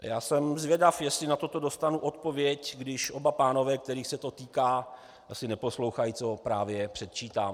Já jsem zvědav, jestli na toto dostanu odpověď, když oba pánové, kterých se to týká, asi neposlouchají, co právě předčítám.